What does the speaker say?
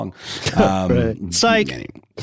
Psych